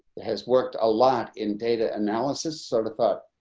has worked a lot in data analysis sort of thought,